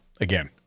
again